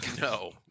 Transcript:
No